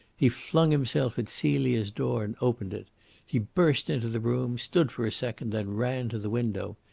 he flung himself at celia's door and opened it he burst into the room, stood for a second, then ran to the window.